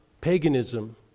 Paganism